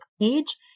page